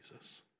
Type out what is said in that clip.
Jesus